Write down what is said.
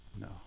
No